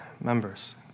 members